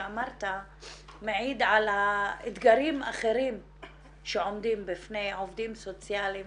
מעיד על האתגרים האחרים שעומדים בפני עובדים סוציאליים